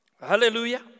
Hallelujah